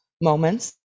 moments